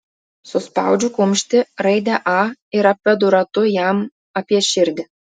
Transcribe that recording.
suspaudžiu kumštį raidę a ir apvedu ratu jam apie širdį